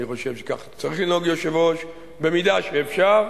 אני חושב שכך צריך לנהוג יושב-ראש: במידה שאפשר,